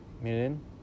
million